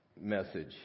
message